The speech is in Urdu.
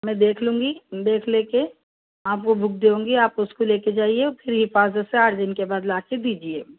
میں دیکھ لوں گی دیکھ لے کے آپ کو وہ بک دوں گی آپ اس کو لے کے جائیے اور پھر حفاظت سے آٹھ کے بعد لا کے دیجیے